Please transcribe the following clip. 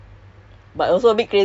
ya lah I feel like